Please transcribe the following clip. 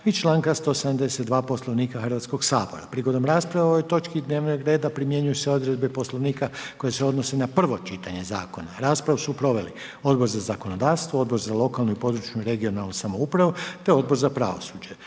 i članka 172. Poslovnika Hrvatskoga sabora. Prigodom rasprave o ovoj točki dnevnog reda primjenjuju se odredbe Poslovnika koje se odnose na prvo čitanje zakona. Raspravu su proveli Odbor za zakonodavstvo, Odbor za gospodarstvo, Odbor za lokalnu i područnu (regionalnu) samoupravu. Želi li predstavnik